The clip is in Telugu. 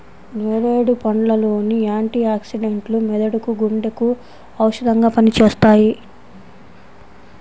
నేరేడు పండ్ల లోని యాంటీ ఆక్సిడెంట్లు మెదడుకు, గుండెకు ఔషధంగా పనిచేస్తాయి